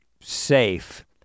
safe